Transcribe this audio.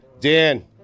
Dan